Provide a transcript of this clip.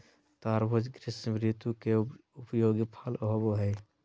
तरबूज़ ग्रीष्म ऋतु के उपयोगी फल होबो हइ